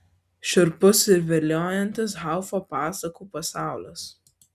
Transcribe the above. šiurpus ir viliojantis haufo pasakų pasaulis